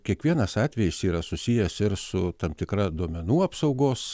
kiekvienas atvejis yra susijęs ir su tam tikra duomenų apsaugos